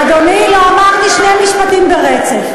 אדוני, לא אמרתי שני משפטים ברצף.